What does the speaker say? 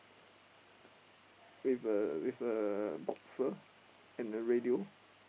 with a with a boxer and a radio